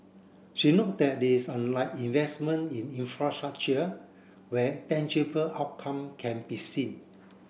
she noted that it's unlike investment in infrastructure where tangible outcome can be seen